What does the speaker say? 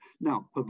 Now